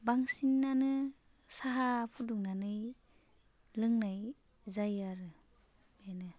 बांसिनानो साहा फुदुंनानै लोंनाय जायो आरो बेनो